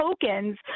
tokens